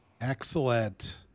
Excellent